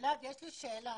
יש לי שאלה.